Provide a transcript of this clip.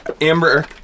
amber